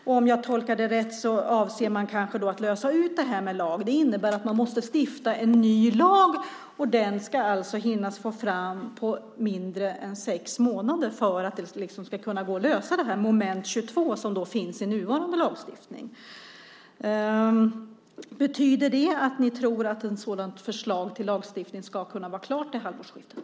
Om jag tolkar det rätt avser man kanske att lösa ut det här med lag. Det innebär att man måste stifta en ny lag, och den ska man alltså hinna få fram på mindre än sex månader för att det ska gå att lösa det moment 22 som finns i nuvarande lagstiftning. Betyder det att ni tror att ett sådant förslag till lagstiftning ska kunna vara klart till halvårsskiftet?